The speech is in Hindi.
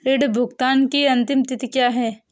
ऋण भुगतान की अंतिम तिथि क्या है?